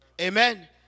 Amen